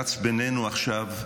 רצה בינינו עכשיו,